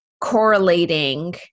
correlating